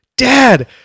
Dad